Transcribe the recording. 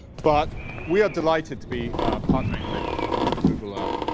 but we are delighted to be partnering with google earth.